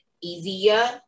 easier